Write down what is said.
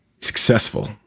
successful